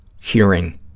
hearing